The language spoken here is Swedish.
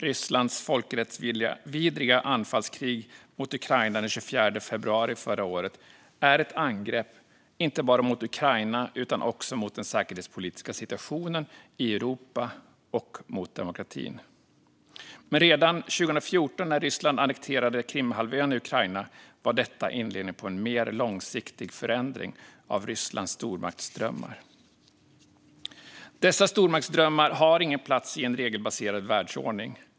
Rysslands folkrättsvidriga anfallskrig mot Ukraina den 24 februari förra året är ett angrepp inte bara mot Ukraina utan också mot den säkerhetspolitiska situationen i Europa och mot demokratin. Men redan 2014, när Ryssland annekterade Krimhalvön i Ukraina, var detta inledningen på en mer långsiktig förändring av Rysslands stormaktsdrömmar. Dessa stormaktsdrömmar har ingen plats i en regelbaserad världsordning.